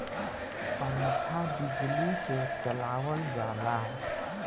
पंखा बिजली से चलावल जाला